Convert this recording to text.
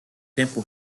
tempo